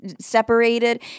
separated